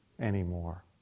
anymore